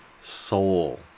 soul